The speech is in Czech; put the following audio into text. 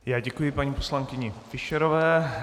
Já děkuji paní poslankyni Fischerové.